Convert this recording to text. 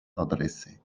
adresse